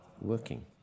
working